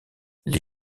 les